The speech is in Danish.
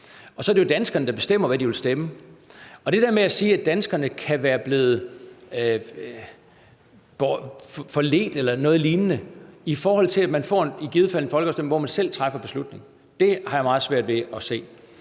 og så er det jo danskerne, der bestemmer, hvad de vil stemme. Det der med sige, at danskerne kan være blevet forledt eller noget lignende, i forhold til at man i givet fald får en folkeafstemning, hvor man selv træffer beslutningen, har jeg meget svært ved at se.